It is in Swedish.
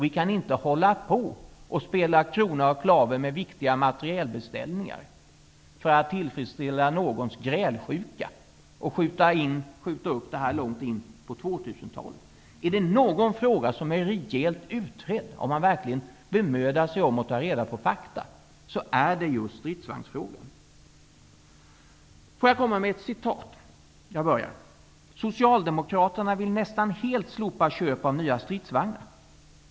Vi kan inte hålla på att spela krona och klave om viktiga materielbeställningar för att tillfredsställa någons grälskjuka och skjuta upp det här långt in på 2000-talet. Är det någon fråga som är rejält utredd är det just stridsvagnsfrågan, vilket man finner om man verkligen bemödar sig om att ta reda på fakta. Tillåt mig att komma med ett citat: ''Socialdemokraterna vill nästan helt slopa köp av nya stridsvagnar.